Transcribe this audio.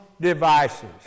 devices